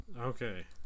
Okay